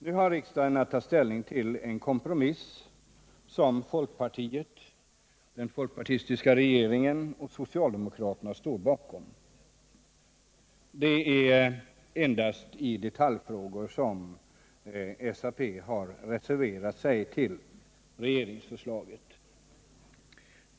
Nu har riksdagen att ta ställning till en kompromiss som den folkpartistiska regeringen och socialdemokraterna står bakom. Det är endast i detaljfrågor som SAP har reserverat sig mot regeringsförslaget.